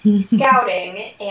scouting